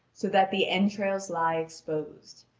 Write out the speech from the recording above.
so that the entrails lie exposed.